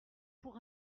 pour